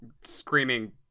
screaming